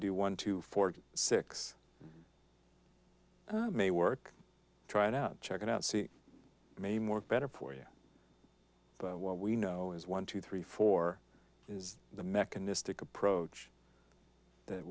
do one two four six may work try it out check it out see maybe more better for you what we know is one two three four is the mechanistic approach that